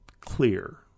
clear